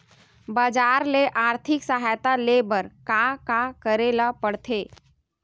बजार ले आर्थिक सहायता ले बर का का करे ल पड़थे?